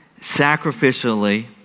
sacrificially